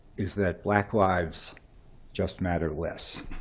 is that black lives just matter less.